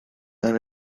and